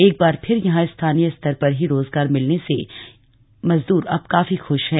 एक बार फिर यहां स्थानीय स्तर पर ही रोजगार मिलने से यह मजूदर अब काफी खुश है